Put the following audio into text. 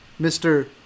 Mr